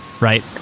right